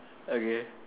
okay